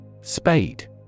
Spade